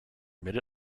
mid